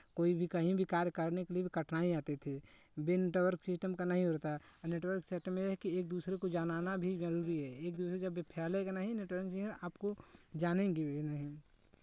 कोई भी कहीं भी कार्य करने में कठिनाई आती थी बिन टावर सिस्टम का नहीं उड़ता नेटवर्क क्षेत्र में है कि एक दूसरे को जनाना भी जरूरी है एक दूसरे जब ये फैलेगा नहीं नेटवर्किंग जो है आपको जानेगी भी नहीं